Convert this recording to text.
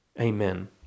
amen